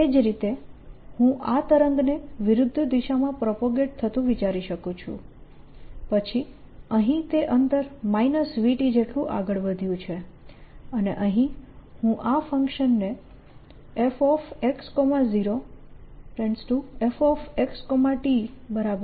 તે જ રીતે હું આ તરંગને વિરુદ્ધ દિશામાં પ્રોપગેટ થતું વિચારી શકું છું પછી અહીં તે અંતર v t જેટલું આગળ વધ્યું છે અને અહીં હું આ ફંક્શનને fx0fxtfxvt0 લખીશ